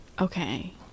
Okay